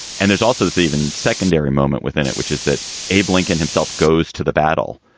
and there's also this even secondary moment within it, which is that abe lincoln himself goes to the battle.